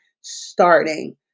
starting